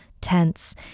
tense